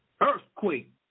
Earthquake